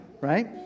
right